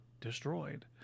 destroyed